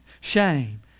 shame